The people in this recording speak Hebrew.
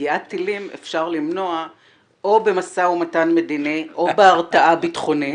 פגיעת טילים אפשר למנוע או במשא ומתן מדיני או בהרתעה ביטחונית